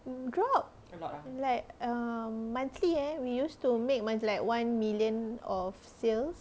mm drop like um monthly eh we used to make mon~ like one million of sales